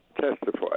testify